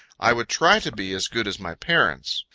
i would try to be as good as my parents.